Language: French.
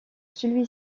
celui